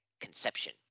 conception